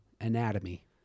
anatomy